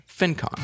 FinCon